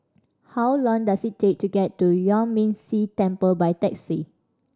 how long does it take to get to Yuan Ming Si Temple by taxi